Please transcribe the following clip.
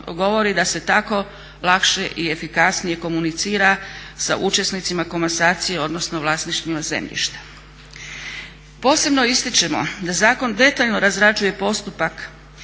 da se tako lakše i efikasnije komunicira sa učesnicima komasacije odnosno vlasništvima zemljišta. Posebno ističemo da zakon detaljno razrađuje postupak